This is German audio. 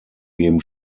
geben